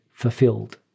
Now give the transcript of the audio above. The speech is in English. fulfilled